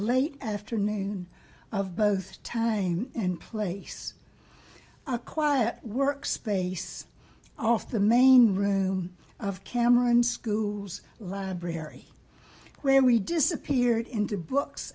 late afternoon of both time and place a quiet workspace off the main room of cameron school's library where we disappeared into books